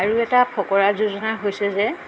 আৰু এটা ফকৰা যোজনা হৈছে যে